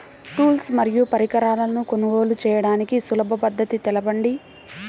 Tools మరియు పరికరాలను కొనుగోలు చేయడానికి సులభ పద్దతి తెలపండి?